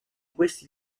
questi